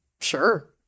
Sure